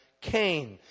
Cain